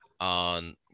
on